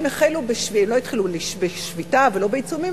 הן לא החלו בשביתה ולא בעיצומים,